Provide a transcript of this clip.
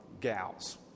gals